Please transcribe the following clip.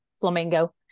flamingo